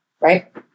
right